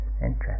interest